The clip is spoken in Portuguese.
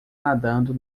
nadando